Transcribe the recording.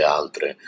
altre